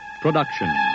production